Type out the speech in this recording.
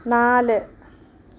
നാല്